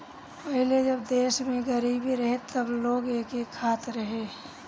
पहिले जब देश में गरीबी रहे तब लोग एके खात रहे